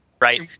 right